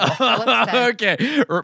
Okay